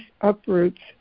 uproots